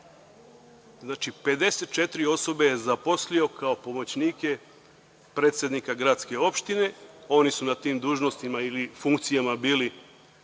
54 osobe je zaposlio kao pomoćnike predsednika gradske opštine. Oni su na tim dužnostima ili funkcijama bili